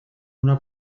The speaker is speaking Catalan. una